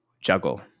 juggle